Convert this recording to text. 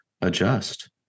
adjust